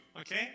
Okay